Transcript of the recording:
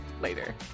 later